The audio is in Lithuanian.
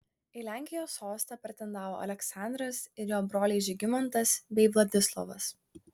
į lenkijos sostą pretendavo aleksandras ir jo broliai žygimantas bei vladislovas